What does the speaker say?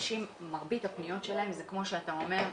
מרבית הפניות של האנשים, כמו שאתה אומר,